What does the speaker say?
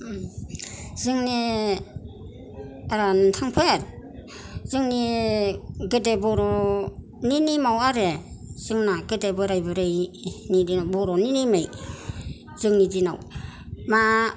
जोंनि रनथांफेर जोंनि गोदो बर'नि नेमाव आरो जोंना गोदो बोराय बुरैनि दिन बर'नि नेमै जोंनि दिनाव मा